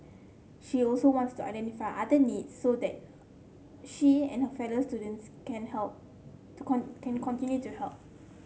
she also wants to identify other needs so that she and her fellow students can help can continue to help